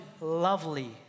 lovely